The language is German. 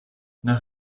nach